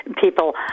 people